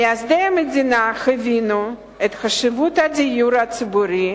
מייסדי המדינה הבינו את חשיבות הדיור הציבורי